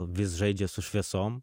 vis žaidžia su šviesom